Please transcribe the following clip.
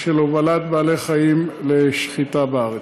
של הובלת בעלי-חיים לשחיטה בארץ.